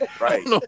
right